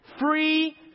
free